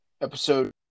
episode